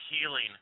healing